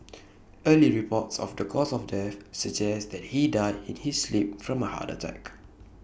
early reports of the cause of death suggests that he died in his sleep from A heart attack